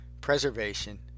preservation